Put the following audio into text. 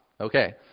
Okay